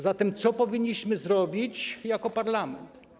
Zatem co powinniśmy zrobić jako parlament?